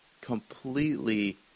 completely